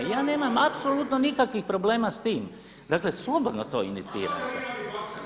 Ja nemam apsolutno nikakvih problema s tim, dakle slobodno to inicirate.